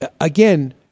again